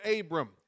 Abram